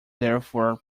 therefore